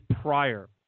prior